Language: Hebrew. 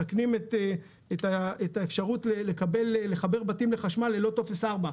מתקנים את האפשרות לחבר בתים לחשמל ללא טופס 4,